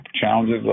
challenges